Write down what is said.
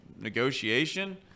negotiation